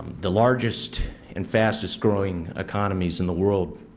the largest and fastest growing economies in the world,